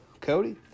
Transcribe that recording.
Cody